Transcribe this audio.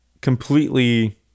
completely